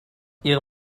ihre